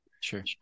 Sure